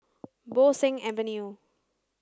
Bo Seng Avenue